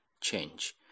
change